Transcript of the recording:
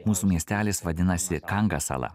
mūsų miestelis vadinasi kangasala